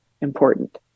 important